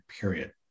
period